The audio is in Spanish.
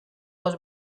los